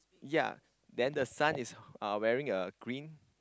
ya then the son is uh wearing a green